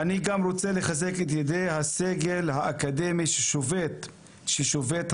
אני גם רוצה לחזק את ידי הסגל האקדמי ששובת היום